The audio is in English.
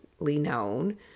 known